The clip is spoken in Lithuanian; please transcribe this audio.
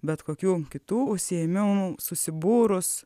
bet kokių kitų užsiėmimų susibūrus